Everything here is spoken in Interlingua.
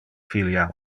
filia